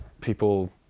people